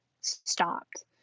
stopped